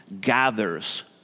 gathers